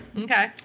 okay